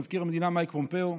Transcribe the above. מזכיר המדינה מייק פומפאו,